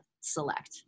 select